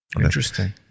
Interesting